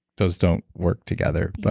those don't work together. but